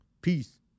Peace